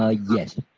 ah yes.